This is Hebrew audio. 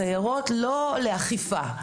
סיירות שהן לא לאכיפה.